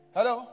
Hello